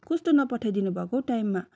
कस्तो नपठाई दिनुभएको टाइममा